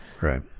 Right